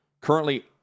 Currently